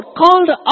called